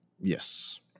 Yes